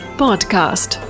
podcast